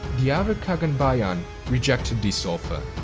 the avar khagan bajan rejected this offer.